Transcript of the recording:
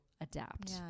adapt